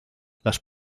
las